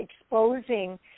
exposing